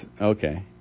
Okay